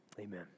Amen